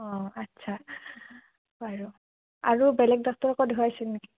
আচ্ছা বাৰু আৰু বেলেগ ডাক্টৰকো দেখুৱাইছিল নেকি